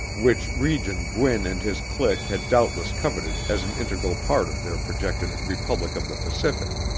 which region gwin and his clique had doubtless coveted as an integral part of their projected republic of the pacific.